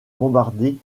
bombardée